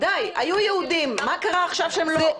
די, היו יהודים, מה קרה עכשיו שהם לא?